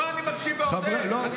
לא, אני מקשיב ועוד איך.